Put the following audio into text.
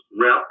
rep